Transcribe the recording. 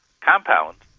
compounds